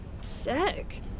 Sick